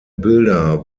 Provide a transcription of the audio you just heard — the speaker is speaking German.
bilder